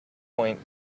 point